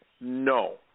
no